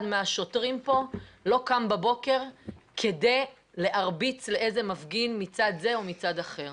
מהשוטרים פה לא קם בבוקר כדי להרביץ לאיזה מפגין מצד זה או מצד אחר.